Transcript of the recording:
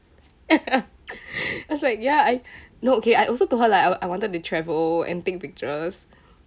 I was like ya I no okay I also told her like I I wanted to travel and take pictures